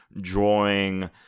drawing